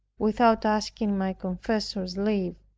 without asking my confessor's leave.